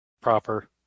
Proper